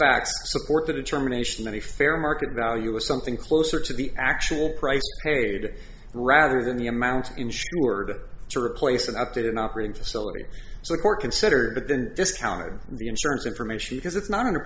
facts support the determination many fair market value is something closer to the actual price paid rather than the amount insured to replace an updated operating facility so the court considered but then discounted the insurance information because it's not